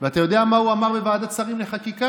אתה יודע מה הוא אמר בוועדת השרים לחקיקה?